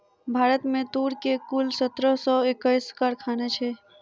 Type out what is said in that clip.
भारत में तूर के कुल सत्रह सौ एक्कैस कारखाना छै